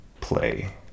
play